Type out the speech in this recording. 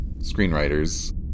screenwriters